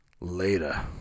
Later